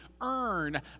earn